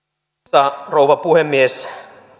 arvoisa rouva puhemies